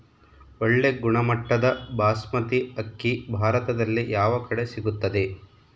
ಒಳ್ಳೆ ಗುಣಮಟ್ಟದ ಬಾಸ್ಮತಿ ಅಕ್ಕಿ ಭಾರತದಲ್ಲಿ ಯಾವ ಕಡೆ ಸಿಗುತ್ತದೆ?